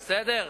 בסדר?